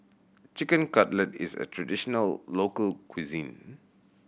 Chicken Cutlet is a traditional local cuisine